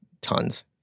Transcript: tons